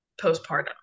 postpartum